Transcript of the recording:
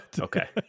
Okay